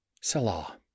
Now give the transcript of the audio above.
salah